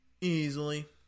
easily